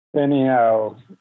Anyhow